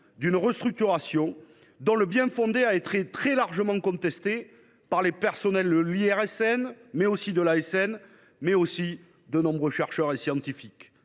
d’une restructuration dont le bien fondé a été très largement contesté par les personnels de l’IRSN et de l’ASN, mais aussi par de nombreux chercheurs et scientifiques.